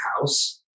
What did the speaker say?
house